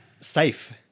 safe